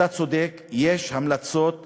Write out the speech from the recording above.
אתה צודק, יש המלצות חיוביות,